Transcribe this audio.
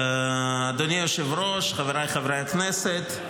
אדוני היושב-ראש, חבריי חברי הכנסת,